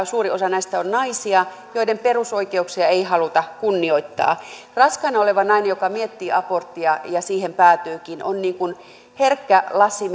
suurin osa näistä on naisia joiden perusoikeuksia ei haluta kunnioittaa raskaana oleva nainen joka miettii aborttia ja siihen päätyykin on niin kuin herkkä lasi